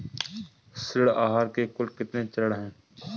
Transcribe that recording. ऋण आहार के कुल कितने चरण हैं?